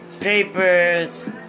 Papers